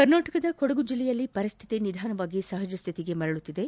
ಕರ್ನಾಟಕದ ಕೊಡಗು ಜಿಲ್ಲೆಯಲ್ಲಿ ಪರಿಸ್ಲಿತಿ ನಿಧಾನವಾಗಿ ಸಹಜಶ್ಲಿತಿಗೆ ಮರಳುತ್ತಿದೆ